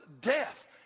death